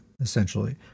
essentially